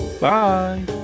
Bye